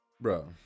bro